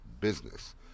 business